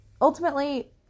Ultimately